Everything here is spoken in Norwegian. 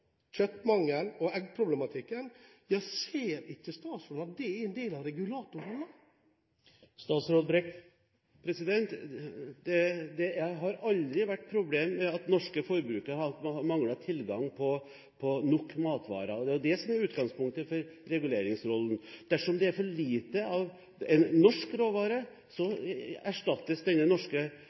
kjøttmangel og eggproblematikken: Ser ikke statsråden at det er en del av regulatorrollen? Det har aldri vært problemer med at norske forbrukere har manglet tilgang på nok matvarer, og det er det som er utgangspunktet for reguleringsrollen. Dersom det er for lite av en norsk råvare, suppleres denne norske